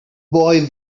boy